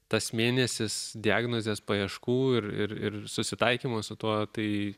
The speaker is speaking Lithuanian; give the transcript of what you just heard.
tas mėnesis diagnozės paieškų ir ir susitaikymas su tuo tai